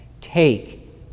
take